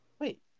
Wait